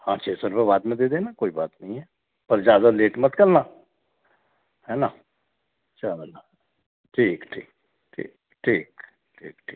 हाँ छः सौ रुपए बाद में दे देना कोई बात नहीं है पर ज़्यादा लेट मत करना है ना चलो ठीक ठीक ठीक ठीक ठीक ठीक